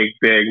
big